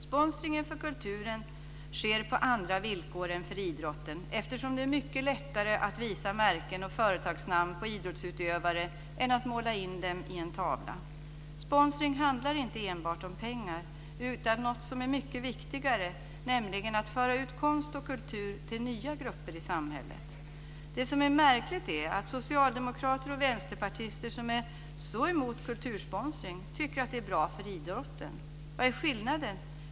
Sponsringen för kulturen sker på andra villkor än för idrotten, eftersom det är mycket lättare att visa märken och företagsnamn på idrottsutövare än att måla in dem i en tavla. Sponsring handlar inte enbart om pengar utan också om något som är mycket viktigare, nämligen att föra ut konst och kultur till nya grupper i samhället. Det som är märkligt är att socialdemokrater och vänsterpartister som är så emot kultursponsring tycker att det är bra för idrotten. Vad är skillnaden?